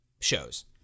shows